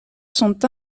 sont